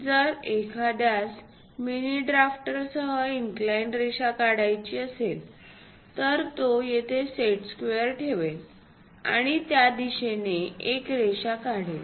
जर एखाद्यास mini drafter सह इन्क्लाईंड रेखा काढायची असेल तर तो तेथे सेट स्क्वेअर ठेवेल आणि त्या दिशेने एक रेषा काढेल